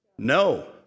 No